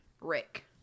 rick